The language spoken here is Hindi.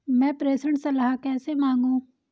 मैं प्रेषण सलाह कैसे मांगूं?